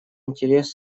интерес